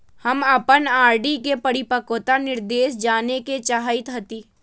हम अपन आर.डी के परिपक्वता निर्देश जाने के चाहईत हती